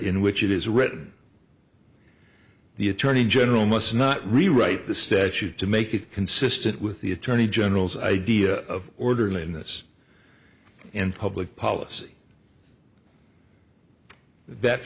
in which it is written the attorney general must not rewrite the statute to make it consistent with the attorney general's idea of orderliness and public policy that